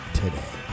today